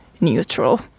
neutral